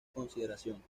consideración